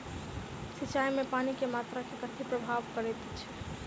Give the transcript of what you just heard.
सिंचाई मे पानि केँ मात्रा केँ कथी प्रभावित करैत छै?